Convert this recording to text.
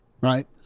right